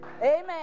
amen